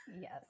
Yes